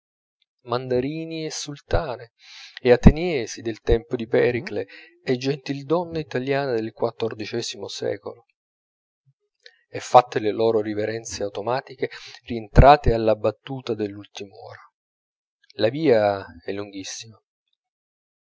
mandarini e sultane e ateniesi del tempo di pericle e gentildonne italiane del quattordicesimo secolo e fatte le loro riverenze automatiche rientrare alla battuta dell'ultim'ora la via è lunghissima